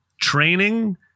training